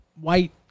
white